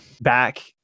back